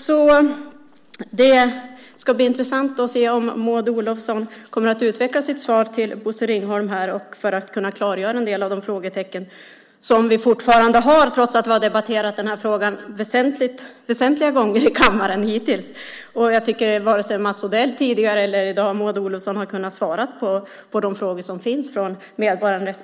Det ska därför bli intressant att se om Maud Olofsson kommer att utveckla sitt svar till Bosse Ringholm och klargöra en del som återstår trots att vi har debatterat denna fråga flera gånger i kammaren hittills. Jag tycker inte att vare sig Mats Odell tidigare eller Maud Olofsson i dag har kunnat svara på de frågor som finns från